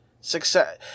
success